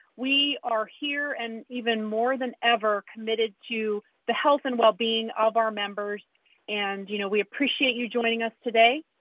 we are here and even more than ever, committed to the health and wellbeing of our members and you know we appreciate you joining us today.